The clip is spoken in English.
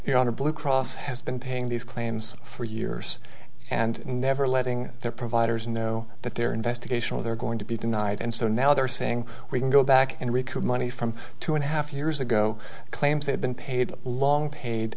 here on a blue cross has been paying these claims for years and never letting their providers know that their investigation they're going to be denied and so now they're saying we can go back and recoup money from two and a half years ago claims they've been paid long paid